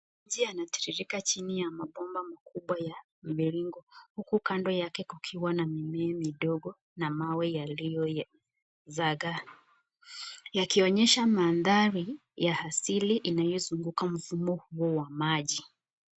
Maji yanatiririka chini ya mabomba makubwa ya mviringo huku kando yake kukiwa na mimea midogo na mawe yaliyozagaa yakionyesha mandhari ya asili yanayozunguka mfumo huo wa maji.